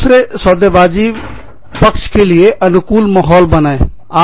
दूसरे सौदेबाजी सौदाकारी पक्ष के लिए अनुकूल माहौल बनाए